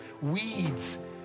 weeds